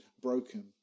broken